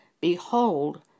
Behold